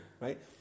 Right